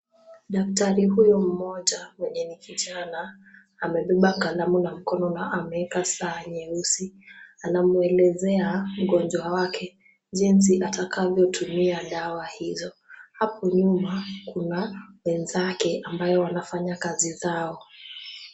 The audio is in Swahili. Daktari huyu mmoja mwenye ni kijana, amebeba kalamu na mkono na ameeka saa nyeusi. Anamuelezea mgonjwa wake jinsi atakavyotumia dawa hizo. Hapo nyuma kuna wenzake ambayo wanafanya kazi zao.